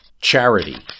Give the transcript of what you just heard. Charity